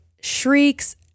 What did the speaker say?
shrieks